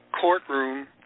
courtroom